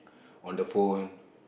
on the phone